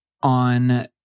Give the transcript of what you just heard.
On